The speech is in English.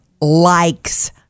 likes